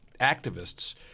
activists